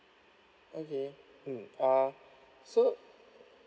okay mm [ uh so